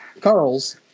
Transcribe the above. Carl's